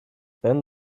then